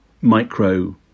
micro